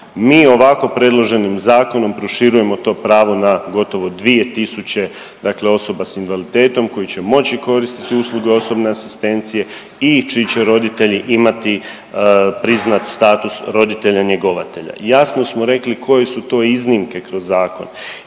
Mi ovako predloženim zakonom proširujemo to pravo na gotovo 2000 dakle osoba s invaliditetom koji će moći koristiti usluge osobne asistencije i čiji će roditelji imati priznat status roditelja njegovatelja. Jasno smo rekli koje su to iznimke kroz zakon